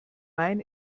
main